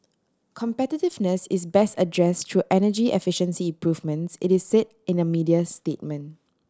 competitiveness is best address through energy efficiency improvements it is say in a media statement